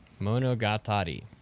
Monogatari